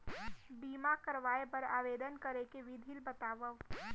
बीमा करवाय बर आवेदन करे के विधि ल बतावव?